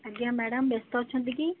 ଆଜ୍ଞା ମ୍ୟାଡ଼ମ ବ୍ୟସ୍ତ ଅଛନ୍ତି କି